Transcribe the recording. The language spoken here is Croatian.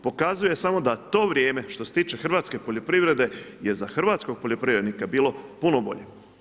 Pokazuje samo da to vrijeme što se tiče hrvatske poljoprivrede je za hrvatskog poljoprivrednika bilo puno bolje.